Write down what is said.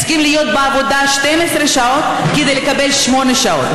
הם צריכים להיות בעבודה 12 שעות כדי לקבל שמונה שעות.